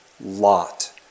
Lot